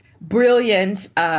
brilliant